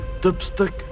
dipstick